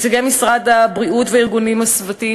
נציגי משרד הבריאות והארגונים הסביבתיים